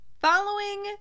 Following